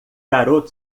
garoto